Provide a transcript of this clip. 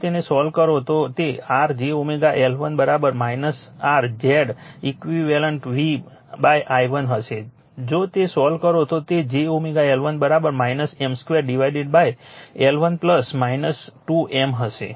જો તેને સોલ્વ કરો તો તે r j L1 r Z e q v i1 હશે જો તે સોલ્વ કરો તો તે j L1 M 2 divided by L1 2 M હશે